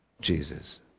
Jesus